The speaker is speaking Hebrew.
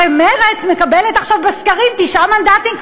הרי מרצ מקבלת עכשיו בסקרים תשעה מנדטים,